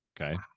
Okay